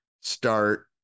start